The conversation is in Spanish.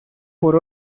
por